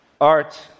Art